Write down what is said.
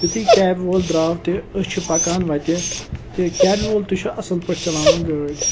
یُتھُے کٮ۪بہِ وول درٛاو تہِ أسۍ چھِ پَکان وَتہِ تہِ کٮ۪بہِ وول تہِ چھُ اَصٕل پٲٹھۍ چَلاوان گٲڑۍ